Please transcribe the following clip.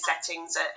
settings